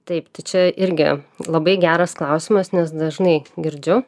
taip čia irgi labai geras klausimas nes dažnai girdžiu